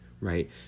right